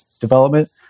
development